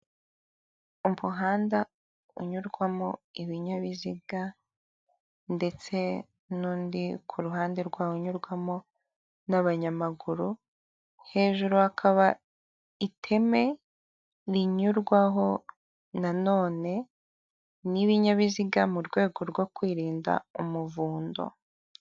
Umuhanda unyurwamo ibinyabiziga, ndetse n'undi ku ruhande rwawo unyurwamo n'abanyamaguru, hejuru hakaba iteme rinyurwaho nanone n'ibinyabiziga mu rwego rwo kwirinda umuvundo.